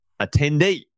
attendee